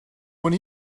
when